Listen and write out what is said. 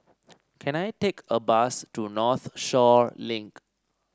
can I take a bus to Northshore Link